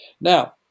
Now